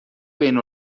بین